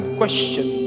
question